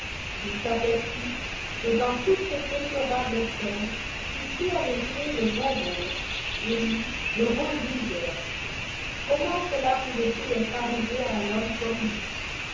il s'aperçut que dans toute cette déplorable scène kitty avait joué le beau rôle et lui le rôle vulgaire comment cela pouvait-il être arrivé à un homme comme lui